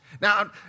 Now